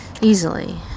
easily